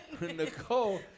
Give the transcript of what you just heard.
Nicole